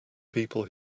people